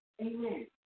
Amen